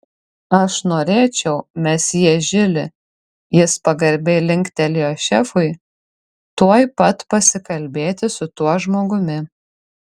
aš norėčiau mesjė žili jis pagarbiai linktelėjo šefui tuoj pat pasikalbėti su tuo žmogumi